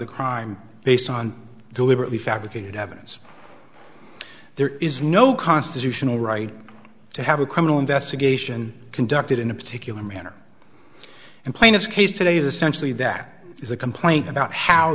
a crime based on deliberately fabricated evidence there is no constitutional right to have a criminal investigation conducted in a particular manner and plaintiff's case today essentially that is a complaint about how